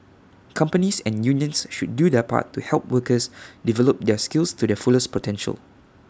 companies and unions should do their part to help workers develop their skills to their fullest potential